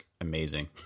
amazing